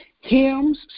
hymns